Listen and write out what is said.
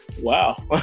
wow